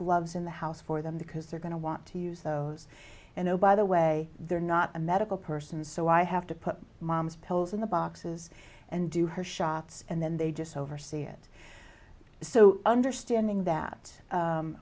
gloves in the house for them because they're going to want to use those and oh by the way they're not a medical person so i have to put mom's pills in the boxes and do her shots and then they just oversee it so understanding that